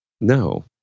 No